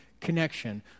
connection